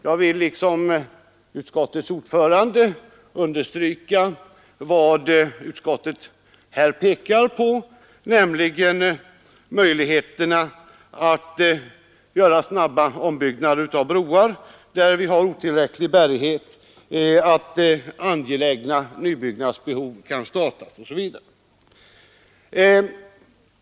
Jag vill liksom utskottets ordförande understryka vad utskottet här pekar på, nämligen möjligheterna att göra snabba ombyggnader av broar med otillräcklig bärighet, att starta angelägna nybyggnader, osv.